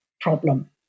problem